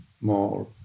more